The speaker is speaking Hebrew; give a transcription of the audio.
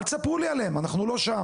אל תספרו לי עליהם, אנחנו לא שם.